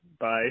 Bye